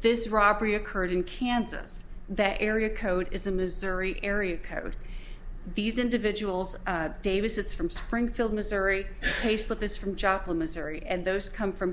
this robbery occurred in kansas that area code is the missouri area code these individuals davis is from springfield missouri payslip is from joplin missouri and those come from